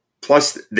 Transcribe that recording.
Plus